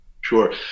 sure